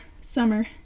Summer